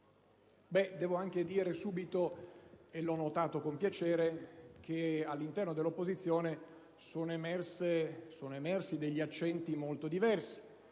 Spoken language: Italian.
Devo dire subito, e l'ho notato con piacere, che all'interno dell'opposizione sono affiorati accenti molto diversi;